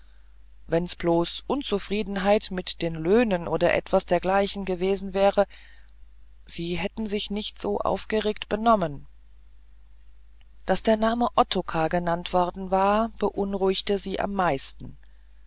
wenn's bloß unzufriedenheit mit den löhnen oder etwas dergleichen gewesen wäre sie hätten sich nicht so aufgeregt benommen daß der name ottokar genannt worden war beunruhigte sie am meisten